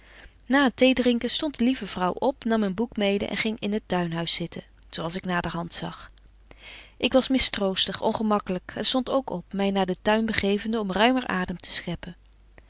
na het thee drinken stondt de lieve vrouw op nam een boek mede en ging in het tuinhuis zitten zo als ik naderhand zag ik was mistroostig ongemaklyk en stond ook op my naar den tuin begevende om ruimer adem te scheppen